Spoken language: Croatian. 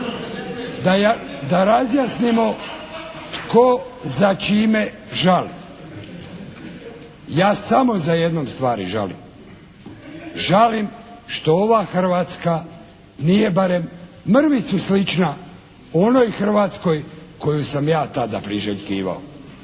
Da razjasnimo tko za čime žali. Ja samo za jednom stvari žalim. Žalim što ova Hrvatska nije barem mrvicu slična onoj Hrvatskoj koju sam ja tada priželjkivao.